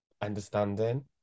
understanding